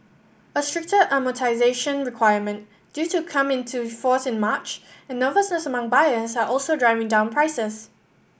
a stricter amortisation requirement due to come into force in March and nervousness among buyers are also driving down prices